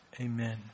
Amen